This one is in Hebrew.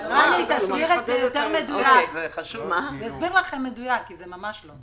רני יסביר לכם בצורה מדויקת, כי זה ממש לא.